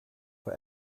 for